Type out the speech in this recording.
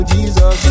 Jesus